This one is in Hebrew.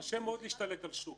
קשה מאוד להשתלט על השוק,